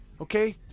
Okay